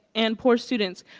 and poor students,